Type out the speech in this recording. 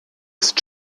ist